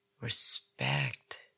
respect